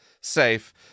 safe